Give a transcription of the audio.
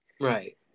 Right